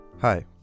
Hi